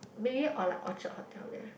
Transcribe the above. maybe on like Orchard hotel there